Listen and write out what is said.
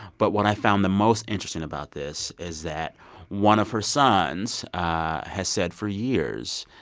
but what i found the most interesting about this is that one of her sons has said, for years,